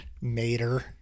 Mater